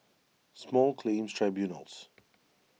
Small Claims Tribunals